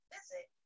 Visit